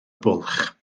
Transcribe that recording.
bwlch